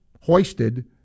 hoisted